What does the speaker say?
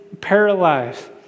paralyzed